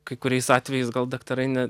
kai kuriais atvejais gal daktarai ne